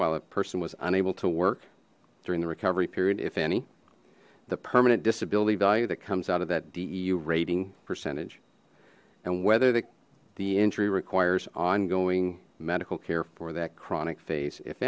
while a person was unable to work during the recovery period if any the permanent disability value that comes out of that deu rating percentage and whether the injury requires ongoing medical care for that chronic face if